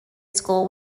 school